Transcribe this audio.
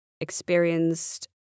experienced